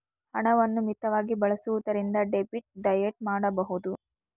ಹಣವನ್ನು ಮಿತವಾಗಿ ಬಳಸುವುದರಿಂದ ಡೆಬಿಟ್ ಡಯಟ್ ಮಾಡಬಹುದು